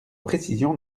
précision